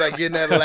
like you know,